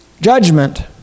Judgment